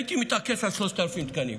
הייתי מתעקש על 3,000 שקלים.